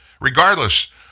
regardless